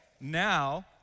now